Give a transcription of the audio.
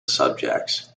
subjects